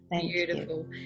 Beautiful